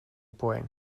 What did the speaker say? poäng